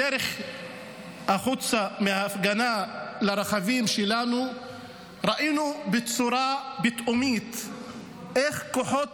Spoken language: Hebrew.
בדרך החוצה מההפגנה לרכבים שלנו ראינו איך כוחות